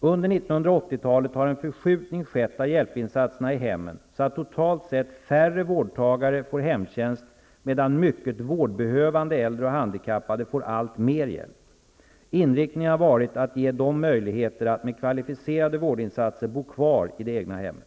Under 1980-talet har en förskjutning skett av hjälpinsatserna i hemmen så att totalt sett färre vårdtagare får hemtjänst, medan mycket vårdbehövande äldre och handikappade får allt mer hjälp. Inriktningen har varit att ge dem möjligheter att med kvalificerade vårdinsatser bo kvar i det egna hemmet.